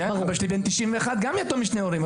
אבא שלי בן 91 גם יתום משני הורים.